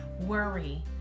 worry